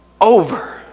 over